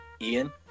Ian